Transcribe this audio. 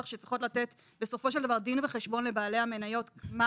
שצריכות לתת בסופו של דבר דין וחשבון לבעלי המניות מה